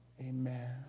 Amen